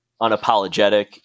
unapologetic